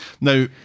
Now